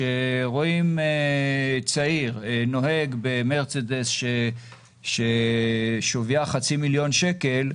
כשרואים צעיר נוהג במרצדס ששוויה חצי מיליון שקל,